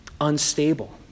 unstable